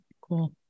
Cool